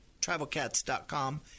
travelcats.com